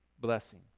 blessing